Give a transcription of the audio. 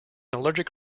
allergic